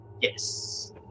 Yes